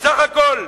בסך הכול.